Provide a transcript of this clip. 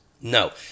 No